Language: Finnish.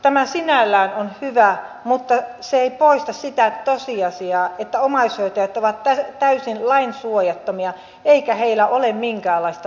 tämä sinällään on hyvä mutta se ei poista sitä tosiasiaa että omaishoitajat ovat täysin lainsuojattomia eikä heillä ole minkäänlaista oikeusturvaa